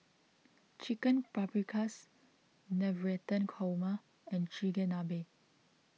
Chicken Paprikas Navratan Korma and Chigenabe